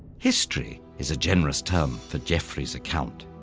history is a generous term for geoffrey's account.